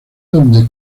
donde